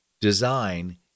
design